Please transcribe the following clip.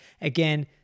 Again